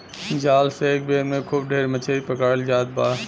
जाल से एक बेर में खूब ढेर मछरी पकड़ल जात बा